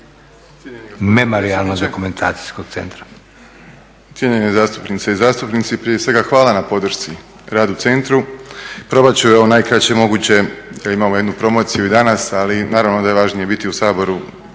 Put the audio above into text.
Memorijalnog dokumentacijskog centra.